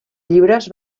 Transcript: llibres